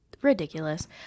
ridiculous